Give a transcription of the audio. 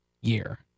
year